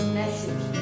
message